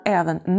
även